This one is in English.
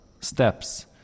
steps